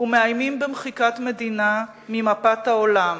ומאיימים במחיקת מדינה ממפת העולם,